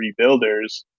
rebuilders